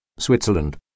Switzerland